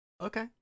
Okay